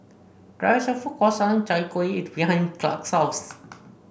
there is a food court selling Chai Kueh behind Clark's house